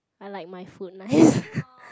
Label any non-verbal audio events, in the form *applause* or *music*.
I like my food nice *breath*